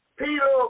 Peter